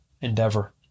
endeavor